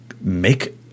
make